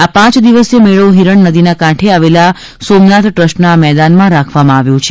આ પાંચ દિવસીય મેળો હિરણ નદીની કાંઠે આવેલા સોમનાથ ટ્રસ્ટના મેદાનમાં રાખવામાં આવ્યો છે